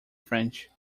french